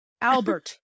Albert